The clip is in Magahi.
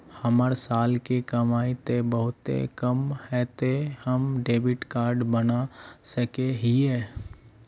हमर साल के कमाई ते बहुत कम है ते हम डेबिट कार्ड बना सके हिये?